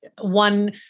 one